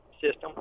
system